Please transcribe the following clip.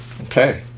Okay